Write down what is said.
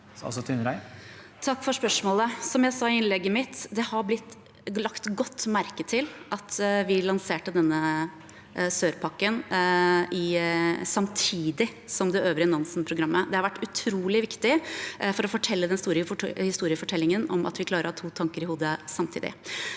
Takk for spørsmålet. Som jeg sa i innlegget mitt, har det blitt lagt godt merke til at vi lanserte denne sør-pakken samtidig med det øvrige Nansen-programmet. Det har vært utrolig viktig for den store historiefortellingen at vi klarer å ha to tanker i hodet samtidig.